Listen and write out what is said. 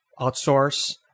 outsource